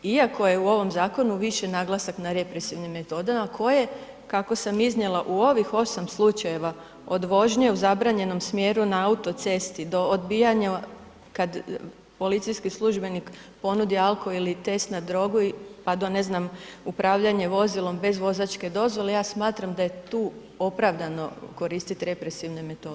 Iako je u ovom zakonu više naglasak na represivnim metodama koje, kako sam iznijela u ovih 8 slučajeva, od vožnje u zabranjenom smjeru na autocesti do odbijanja kad policijski službenik ponudi alko ili test na drogu pa do ne znam upravljanje vozilom bez vozačke dozvole, ja smatram da je tu opravdano koristit represivne metode.